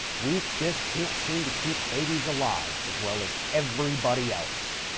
we just can't seem to keep babies alive as well as everybody else.